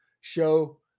show